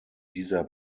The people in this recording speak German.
dieser